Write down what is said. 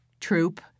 troop